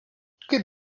kaip